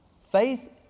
Faith